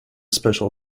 special